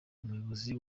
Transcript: umuyobozi